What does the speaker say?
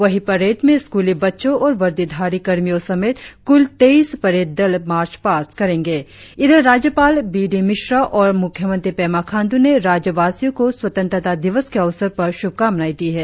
वहीं परेड में स्कूली बच्चों और वर्दीधारी कर्मियों समेत कुल तेईस परेड दल मार्च पास्ट करेंगे इधर राज्यपाल डॉ बी डी मिश्रा और मुख्यमंत्री पेमा खांडू ने राज्यवासियों को स्वतंत्रता दिवस के अवसर पर श्रभकामनाएं दी है